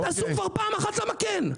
תנסו פעם אחת למה כן.